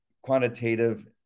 quantitative